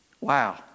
Wow